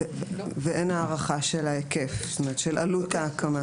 ואין הערכה של עלות ההקמה.